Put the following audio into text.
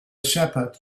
shepherd